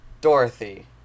Dorothy